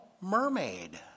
mermaid